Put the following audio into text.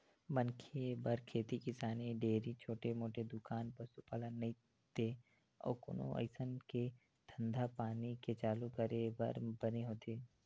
मनखे बर खेती किसानी, डेयरी, छोटे मोटे दुकान, पसुपालन नइते अउ कोनो अइसन के धंधापानी के चालू करे बर बने होथे